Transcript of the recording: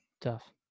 tough